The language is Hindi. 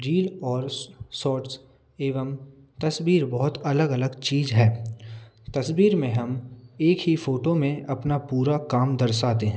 रील और शॉर्ट्स एवं तस्वीर बहुत अलग अलग चीज़ है तस्वीर में हम एक ही फोटो में अपना पूरा काम दर्शाते हैं